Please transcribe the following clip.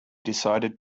decided